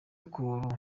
cool